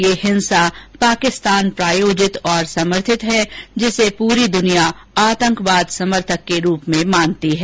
यह हिंसा पाकिस्तान प्रायोजित और समर्थित है जिसे पूरी दुनिया आतंकवाद समर्थक के रूप में मानती है